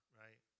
right